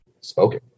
spoken